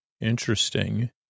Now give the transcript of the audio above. Interesting